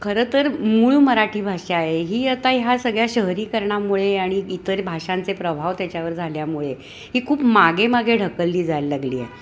खरंतर मूळ मराठी भाषा आहे ही आता ह्या सगळ्या शहरीकरणामुळे आणि इतर भाषांचे प्रभाव त्याच्यावर झाल्यामुळे ही खूप मागे मागे ढकलली जायला लागली आहे